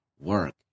work